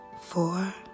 four